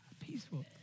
Peaceful